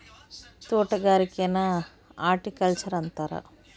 ತೊಟಗಾರಿಕೆನ horticulture ಅಂತಾರ